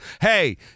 hey